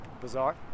bizarre